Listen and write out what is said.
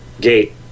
gate